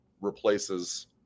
replaces